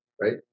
Right